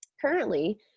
currently